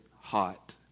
hot